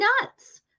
nuts